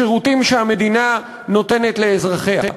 בשירותים שהמדינה נותנת לאזרחיה.